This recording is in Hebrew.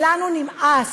ולנו נמאס.